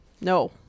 No